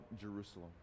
Jerusalem